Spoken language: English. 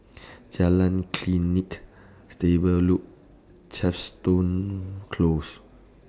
Jalan Klinik Stable Loop Chepstow Close